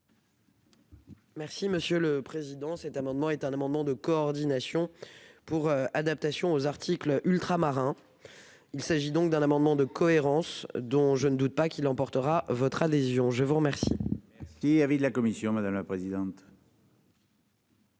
Merci Monsieur le Président. Cet amendement est un amendement de coordination pour adaptation aux articles ultramarins. Il s'agit donc d'un amendement de cohérence dont je ne doute pas qu'il l'emportera votre adhésion. Je vous remercie. Il y avait de la commission, madame la présidente.